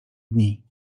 dni